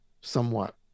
somewhat